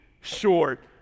short